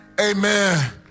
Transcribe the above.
amen